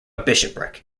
bishopric